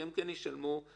כי הם כן ישלמו את